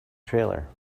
trailer